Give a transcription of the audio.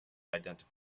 identical